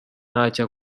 ntacyo